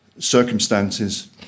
circumstances